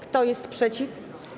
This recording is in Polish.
Kto jest przeciw?